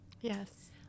Yes